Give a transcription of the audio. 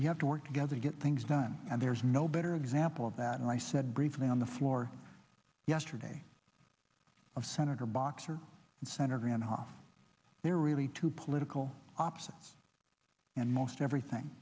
you have to work together to get things done and there's no better example of that and i said briefly on the floor yesterday of senator boxer and center grand off there are really two political opposites and most everything